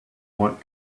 want